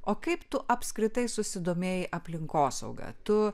o kaip tu apskritai susidomėjai aplinkosauga tu